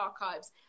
archives